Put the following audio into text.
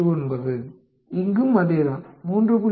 89 இங்கும் அதேதான் 3